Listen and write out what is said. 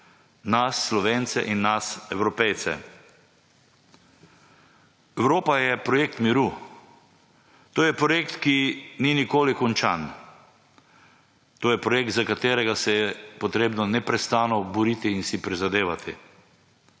nas Slovence in nas Evropejce. Evropa je projekt miru. To je projekt, ki ni nikoli končan. To je projekt, za katerega se je potrebno neprestano boriti in si prizadevati.